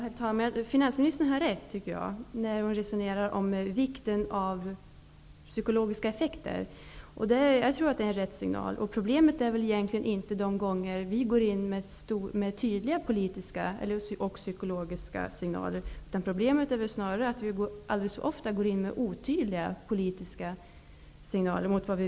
Herr talman! Finansministern har rätt när hon resonerar om vikten av psykologiska effekter. Jag tror att det är rätt signal. Det är väl egentligen inget problem när man går in med tydliga politiska och psykologiska signaler, utan problemet är snarare att man går in med alldeles för otydliga politiska signaler.